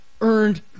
earned